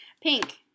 Pink